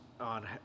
on